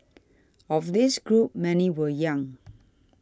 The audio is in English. of this group many were young